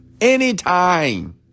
Anytime